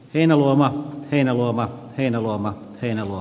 heinäluoma heinäluoma heinäluoma hienoa